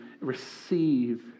receive